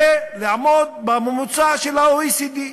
זה לעמוד בממוצע של ה-OECD.